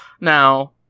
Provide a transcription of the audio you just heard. now